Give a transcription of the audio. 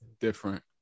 Different